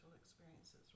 experiences